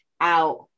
out